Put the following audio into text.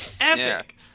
Epic